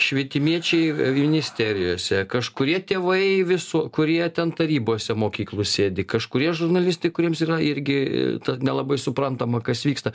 švietimiečiai ministerijose kažkurie tėvai visų kurie ten tarybose mokyklų sėdi kažkurie žurnalistai kuriems yra irgi nelabai suprantama kas vyksta